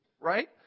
right